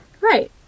Right